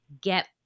get